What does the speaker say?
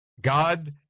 God